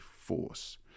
force